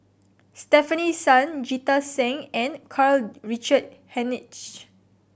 Stefanie Sun Jita Singh and Karl Richard Hanitsch